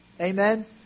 Amen